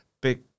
Big